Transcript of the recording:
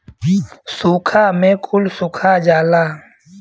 सूखा में कुल सुखा जाला